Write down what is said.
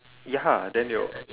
ya then they will